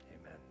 Amen